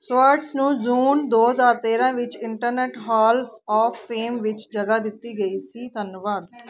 Swartz ਨੂੰ ਜੂਨ ਦੋ ਹਜ਼ਾਰ ਤੇਰਾਂ ਵਿੱਚ ਇੰਟਰਨੈਟ ਹਾਲ ਆਫ਼ ਫੇਮ ਵਿੱਚ ਜਗ੍ਹਾ ਦਿੱਤੀ ਗਈ ਸੀ ਧੰਨਵਾਦ